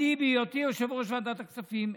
בהיותי יושב-ראש ועדת כספים,